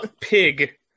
Pig